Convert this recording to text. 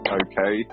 okay